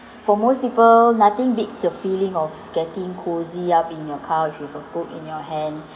for most people nothing beats the feeling of getting cozy ah be in your couch with a book in your hand